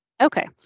Okay